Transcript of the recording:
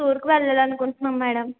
టూర్కి వెళ్ళాలి అనుకుంటున్నాం మేడం